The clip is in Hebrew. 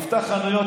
נפתח חנויות,